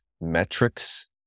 metrics